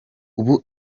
ubu